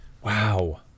Wow